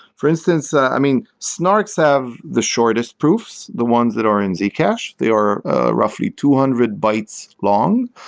for instance, i mean snarks have the shortest proofs, the ones that are in zcash. they are roughly two hundred bytes long,